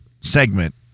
segment